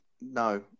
No